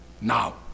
now